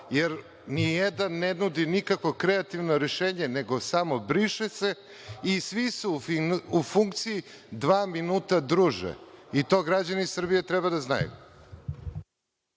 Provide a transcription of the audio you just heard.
jer nijedan ne nudi nikakvo kreativno rešenje nego samo – briše se i svi su u funkciju – dva minuta druže i to građani Srbije treba da znaju.